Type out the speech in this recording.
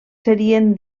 serien